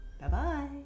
Bye-bye